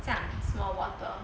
small bottle